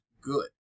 good